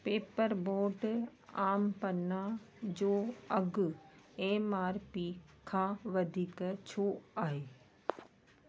paper boat आम पन्ना जो अघि एम आर पी खां वधीक छो आहे